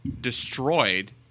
destroyed